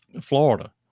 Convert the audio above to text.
florida